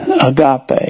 Agape